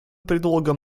предлогом